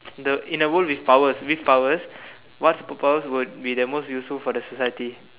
the in the world with powers with powers what super powers would be the most useful for the society